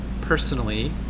personally